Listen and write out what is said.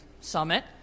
summit